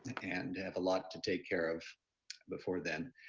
and i have a lot to take care of before then.